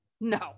No